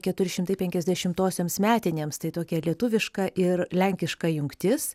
keturi šimtai penkiasdešimtosioms metinėms tai tokia lietuviška ir lenkiška jungtis